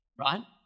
right